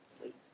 sleep